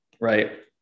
right